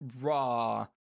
Raw